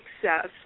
Success